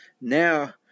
now